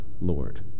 Lord